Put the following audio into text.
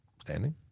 standing